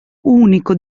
unico